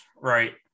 right